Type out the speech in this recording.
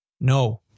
No